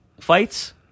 fights